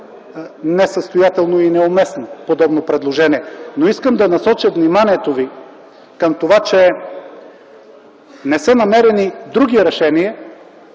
несъстоятелно и неуместно. Но искам да насоча вниманието ви към това, че не са намерени други решения,